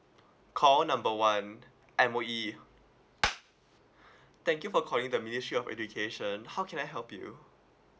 call number one M_O_E thank you for calling the ministry of education how can I help you